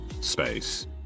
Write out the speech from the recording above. space